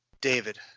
David